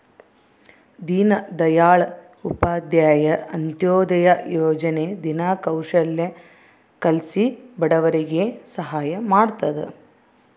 ದೀನ್ ದಯಾಳ್ ಉಪಾಧ್ಯಾಯ ಅಂತ್ಯೋದಯ ಯೋಜನೆ ದಿನ ಕೌಶಲ್ಯ ಕಲ್ಸಿ ಬಡವರಿಗೆ ಸಹಾಯ ಮಾಡ್ತದ